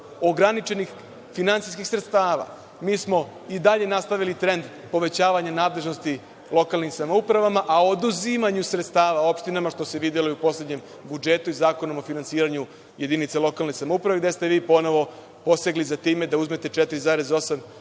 ograničenih finansijskih sredstava. I dalje smo nastavili trend povećavanja nadležnosti lokalnim samoupravama, a oduzimanju sredstava opštinama, što se videlo u poslednjem budžetu i Zakonom o finansiranju jedinica lokalne samouprave, gde ste vi ponovo posegli za time da uzmete 4,8